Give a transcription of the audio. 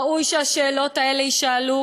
ראוי שהשאלות האלה יישאלו,